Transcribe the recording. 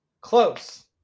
Close